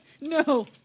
No